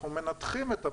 אנחנו מנתחים את הפסילות.